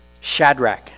Shadrach